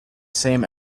same